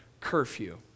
curfew